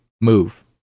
move